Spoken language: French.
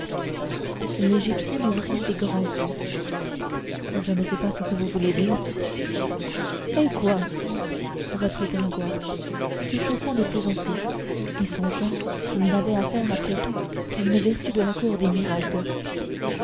l'égyptienne ouvrit ses grands yeux je ne sais pas ce que vous voulez dire eh quoi reprit gringoire s'échauffant de plus en plus et songeant qu'il n'avait affaire après tout qu'à une vertu de la cour des miracles